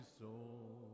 soul